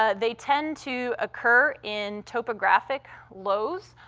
ah they tend to occur in topographic lows.